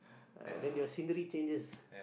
uh then your scenery changes